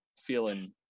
feeling